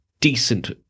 decent